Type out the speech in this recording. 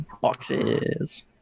Boxes